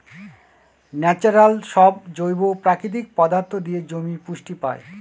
natural সব জৈব প্রাকৃতিক পদার্থ দিয়ে জমি পুষ্টি পায়